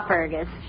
Fergus